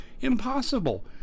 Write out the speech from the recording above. impossible